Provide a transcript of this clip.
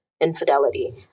infidelity